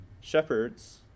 Shepherds